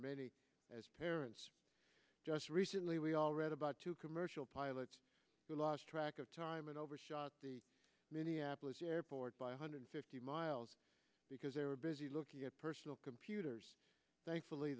many as parents just recently we all read about two commercial pilots who lost track of time and overshot the minneapolis airport by one hundred fifty miles because they were busy looking at personal computers thankfully